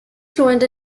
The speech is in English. fluent